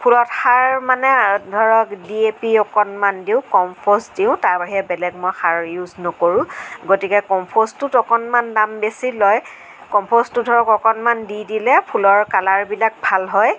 ফুলত সাৰ মানে ধৰক ডি পি অকণমান দিওঁ দিওঁ তাৰ বাহিৰে বেলেগ মই সাৰ ইউজ নকৰোঁ গতিকে টোত অকণমান দাম বেছি লয় টো ধৰক অকণমান দি দিলে ফুলৰ কালাৰটো ভাল হয়